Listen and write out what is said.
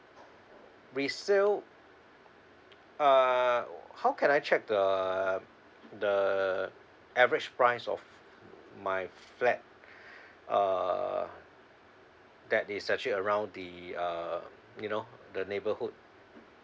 resale uh how can I check the the average price of my flat uh that is actually around the uh you know the neighborhood